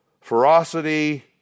ferocity